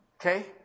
Okay